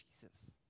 Jesus